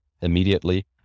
immediately